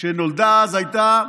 שנולדה אז הייתה: